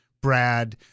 Brad